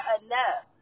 enough